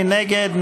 מי נגד?